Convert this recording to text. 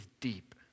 deep